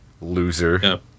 loser